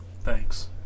thanks